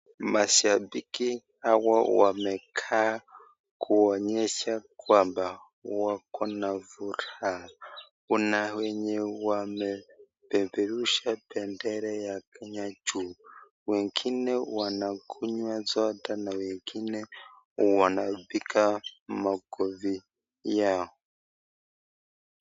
Mashambiki hawa wamekaa kuonyesha kwamba wakona furaha, kuna wenye wamepeperusha bendera ya Kenya juu, wengine wana kunywa soda na wengine wanapinga makofi yao.